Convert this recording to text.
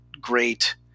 great